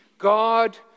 God